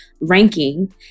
Ranking